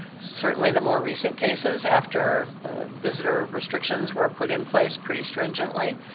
certainly the more recent cases after visitor restrictions were put in place pretty stringently,